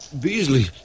Beasley